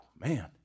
man